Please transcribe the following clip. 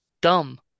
dumb